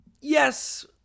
Yes